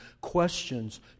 questions